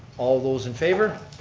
all those in favor.